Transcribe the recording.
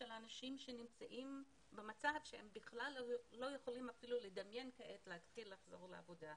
האנשים שהם לא יכולים לדמיין חזרה לעבודה.